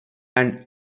and